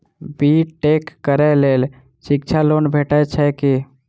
B tech करै लेल शिक्षा लोन भेटय छै की?